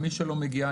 מי שלא מגיעה,